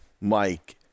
Mike